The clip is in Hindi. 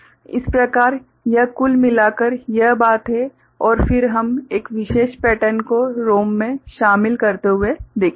इस प्रकार यह कुल मिलाकर यह बात है और फिर हम एक विशेष पैटर्न को ROM में शामिल करते हुए देखेंगे